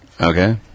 Okay